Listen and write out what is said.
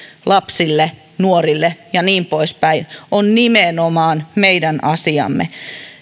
lapsille nuorille ja niin poispäin on nimenomaan meidän asiamme